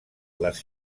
les